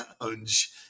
lounge